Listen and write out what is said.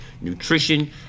nutrition